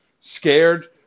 scared